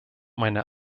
meine